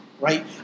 right